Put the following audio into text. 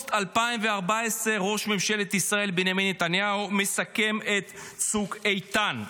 אוגוסט 2014, בנימין נתניהו מסכם את צוק איתן.